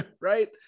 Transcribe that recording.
Right